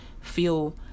feel